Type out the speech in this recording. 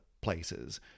places